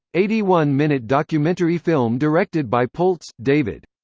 eighty one minute documentary film directed by pultz, david.